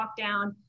lockdown